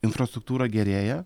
infrastruktūra gerėja